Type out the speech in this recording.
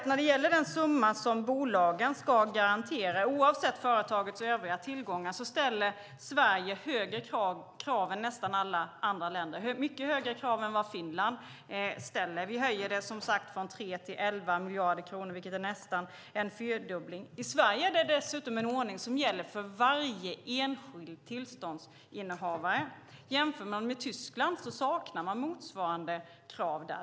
När det gäller den summa som bolagen ska garantera, oavsett företagets övriga tillgångar, ställer Sverige högre krav än nästan alla andra länder. Vi ställer mycket högre krav än vad Finland ställer. Vi höjer det som sagt från 3 till 11 miljarder kronor, vilket är nästan en fyrdubbling. I Sverige finns det dessutom en ordning som gäller för varje enskild tillståndsinnehavare. I Tyskland saknar de motsvarande krav.